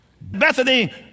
Bethany